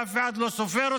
אף אחד לא סופר אותן.